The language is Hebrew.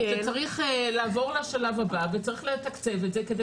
שצריך לעבור לשלב הבא וצריך לתקצב את זה כדי